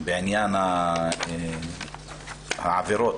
בעניין העבירות,